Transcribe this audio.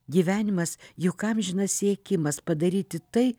gyvenimas juk amžinas siekimas padaryti tai